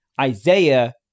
Isaiah